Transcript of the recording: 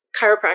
chiropractor